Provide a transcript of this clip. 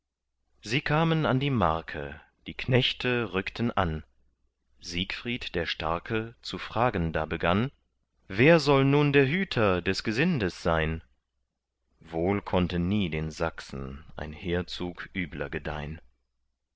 sie kamen an die marke die knechte rückten an siegfried der starke zu fragen da begann wer soll nun der hüter des gesindes sein wohl konnte nie den sachsen ein heerzug übler gedeihn